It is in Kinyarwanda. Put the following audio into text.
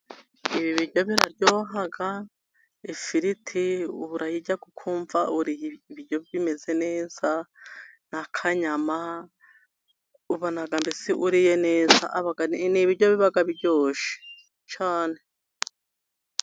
Ibi biryo biraryoha, ifiriti urayirya ukumva uriye ibiryo bimeze neza na kanyama, ubona mbese uriye neza ni ibiryo biba biryoshe cyane.